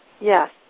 Yes